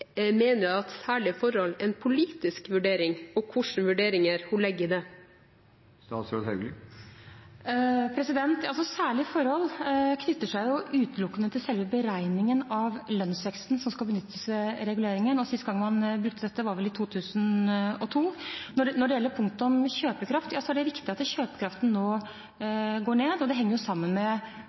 jeg på om statsråden mener at «særlige forhold» er en politisk vurdering, og hvilke vurderinger hun legger i det. «Særlige forhold» knytter seg utelukkende til selve beregningen av lønnsveksten som skal benyttes ved reguleringen. Sist gang man brukte dette, var vel i 2002. Når det gjelder punktet om kjøpekraft, er det riktig at kjøpekraften nå går ned. Det henger sammen med